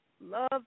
love